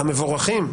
המבורכים,